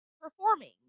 performing